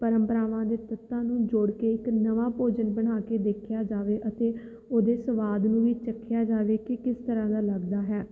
ਪਰੰਪਰਾਵਾਂ ਦੇ ਤੱਤਾਂ ਨੂੰ ਜੋੜ ਕੇ ਇੱਕ ਨਵਾਂ ਭੋਜਨ ਬਣਾ ਕੇ ਦੇਖਿਆ ਜਾਵੇ ਅਤੇ ਉਹਦੇ ਸਵਾਦ ਨੂੰ ਵੀ ਚੱਖਿਆ ਜਾਵੇ ਕਿ ਕਿਸ ਤਰ੍ਹਾਂ ਦਾ ਲੱਗਦਾ ਹੈ